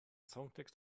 songtext